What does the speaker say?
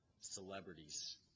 celebrities